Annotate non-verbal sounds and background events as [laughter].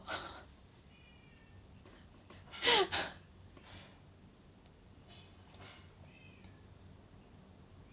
[laughs]